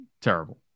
terrible